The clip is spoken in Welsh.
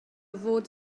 fod